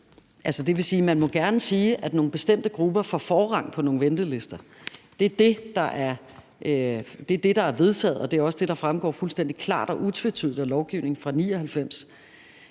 Det vil sige, at man gerne må sige, at nogle bestemte grupper får forrang på nogle ventelister. Det er det, der er vedtaget, og det er også det, der fremstår fuldstændig klart og utvetydigt af lovgivningen fra 1999.